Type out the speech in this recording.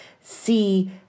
see